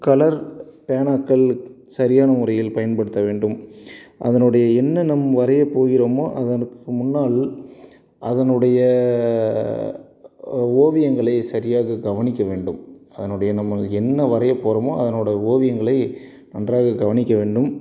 colour பேனாக்கள் சரியான முறையில் பயன்படுத்த வேண்டும் அதனுடைய என்ன நம்ம வரையப் போகிறோமோ அதற்கு முன்னால் அதனுடைய ஓவியங்களை சரியாக கவனிக்க வேண்டும் அதனுடைய நம்ம என்ன வரையப்போகிறோமோ அதனோட ஓவியங்களை நன்றாக கவனிக்க வேண்டும்